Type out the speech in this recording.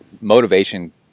motivation